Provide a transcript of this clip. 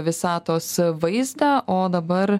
visatos vaizdą o dabar